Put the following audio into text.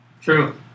True